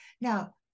now